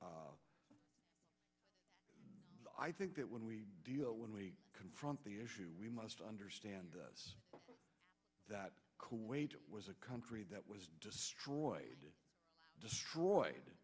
i think that when we deal when we confront the issue we must understand that kuwait was a country that was destroyed destroyed